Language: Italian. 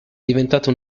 diventata